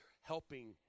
helping